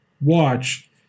watch